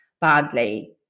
badly